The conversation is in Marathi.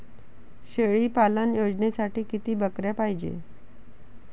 शेळी पालन योजनेसाठी किती बकऱ्या पायजे?